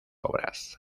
obras